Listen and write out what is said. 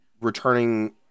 returning